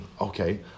okay